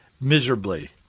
miserably